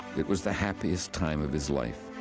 it was the happiest time of his life.